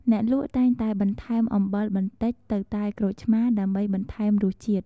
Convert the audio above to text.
អ្នកលក់តែងតែបន្ថែមអំបិលបន្តិចទៅតែក្រូចឆ្មាដើម្បីបន្ថែមរសជាតិ។